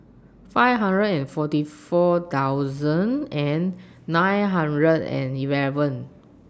five hundred and forty four thousand and nine hundred and eleven